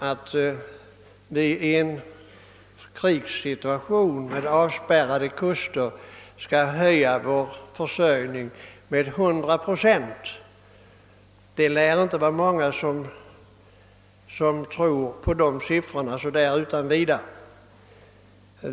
Att vi i en krigssituation med avspärrade kuster skulle kunna höja vår självförsörjning till 100 procent lär väl inte så många tro på utan vidare.